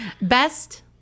best